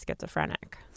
schizophrenic